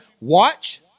Watch